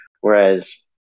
Whereas